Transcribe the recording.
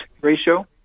ratio